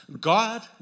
God